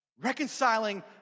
Reconciling